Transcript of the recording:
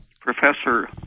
professor